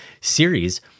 series